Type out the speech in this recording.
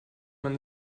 man